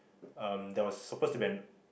ah there was supposed to be an